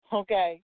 okay